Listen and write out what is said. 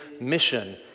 mission